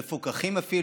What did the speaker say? אפילו מפוקחים.